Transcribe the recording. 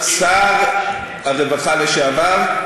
שר הרווחה לשעבר,